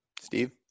Steve